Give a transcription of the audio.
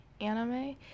anime